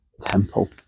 temple